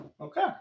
Okay